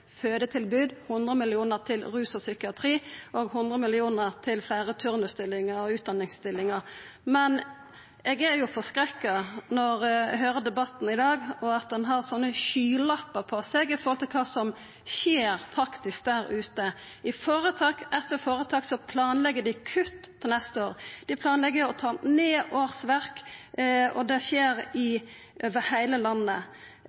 fødetilbod, 100 mill. kr til rus og psykiatri og 100 mill. kr til fleire turnusstillingar og utdanningsstillingar. Men eg er forskrekka når eg høyrer på debatten i dag, at ein har skylappar på seg når det gjeld kva som faktisk skjer der ute. I føretak etter føretak planlegg dei kutt til neste år, dei planlegg å ta ned årsverk, og det skjer over heile landet.